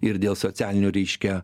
ir dėl socialinio reiškia